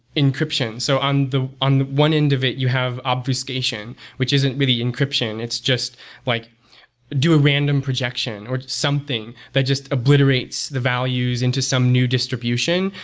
encryption. so on the one end of it, you have obfuscation, which isn't really encryption. it's just like do a random projection, or something, that just obliterates the values into some new distribution.